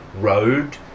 road